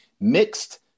mixed